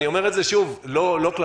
אני אומר את זה שוב לא כלפיך,